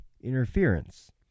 interference